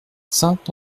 saint